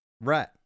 Right